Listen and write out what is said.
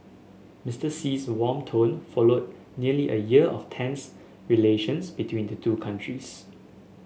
Mister Xi's warm tone followed nearly a year of tense relations between the two countries